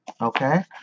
okay